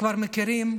כבר מכירים,